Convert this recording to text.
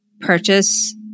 purchase